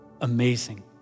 amazing